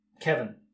Kevin